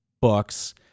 books